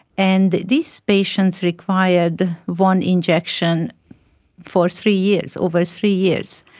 and these patients required one injection for three years, over three years,